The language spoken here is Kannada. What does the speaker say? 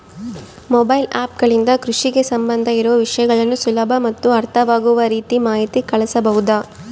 ಮೊಬೈಲ್ ಆ್ಯಪ್ ಗಳಿಂದ ಕೃಷಿಗೆ ಸಂಬಂಧ ಇರೊ ವಿಷಯಗಳನ್ನು ಸುಲಭ ಮತ್ತು ಅರ್ಥವಾಗುವ ರೇತಿ ಮಾಹಿತಿ ಕಳಿಸಬಹುದಾ?